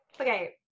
okay